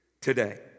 today